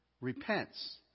repents